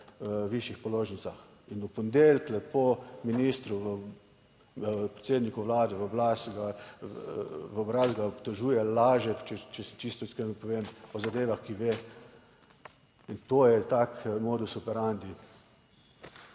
v višjih položnicah. In v ponedeljek lepo ministru, predsedniku Vlade v obraz, ga obtožuje, laže, če čisto iskreno povem, o zadevah, ki ve in to je tak modus operandi.